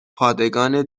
پادگان